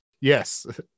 yes